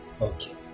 Okay